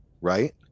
Right